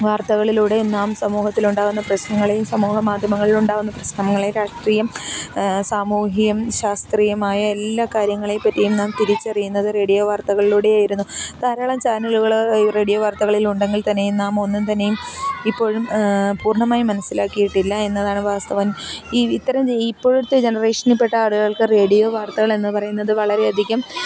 വാർത്തകളിലൂടെ നാം സമൂഹത്തിലുണ്ടാകുന്ന പ്രശ്നങ്ങളെയും സമൂഹമാധ്യമങ്ങളിലുണ്ടാകുന്ന പ്രശ്നങ്ങളെയും രാഷ്ട്രീയം സാമൂഹികം ശാസ്ത്രീയമായ എല്ലാ കാര്യങ്ങളെപ്പറ്റിയും നാം തിരിച്ചറിയുന്നത് റേഡിയോ വാർത്തകളിലൂടെയായിരുന്നു ധാരാളം ചാനലുകൾ റേഡിയോ വാർത്തകളിലുണ്ടെങ്കിൽത്തന്നെയും നാം ഒന്നും തന്നെയും ഇപ്പോഴും പൂർണ്ണമായും മനസ്സിലാക്കിയിട്ടില്ലായെന്നതാണ് വാസ്തവം ഇത്തരം ഇപ്പോഴത്തെ ജനറേഷനിൽപ്പെട്ട ആളുകൾക്ക് റേഡിയോ വാർത്തകളെന്ന് പറയുന്നത് വളരെയധികം